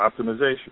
optimization